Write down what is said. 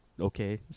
okay